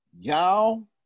Y'all